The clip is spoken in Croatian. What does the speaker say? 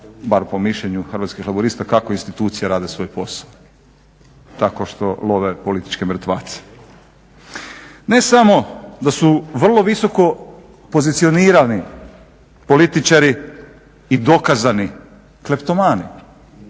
bar po mišljenju Hrvatskih laburista, kako institucije rade svoj posao. Tako što love političke mrtvace. Ne samo da su vrlo visoko pozicionirani političari i dokazani kleptomani,